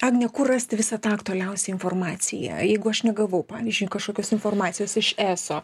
agne kur rasti visą tą aktualiausią informaciją jeigu aš negavau pavyzdžiui kažkokios informacijos iš eso